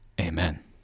Amen